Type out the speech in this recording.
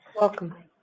Welcome